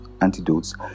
antidotes